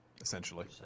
Essentially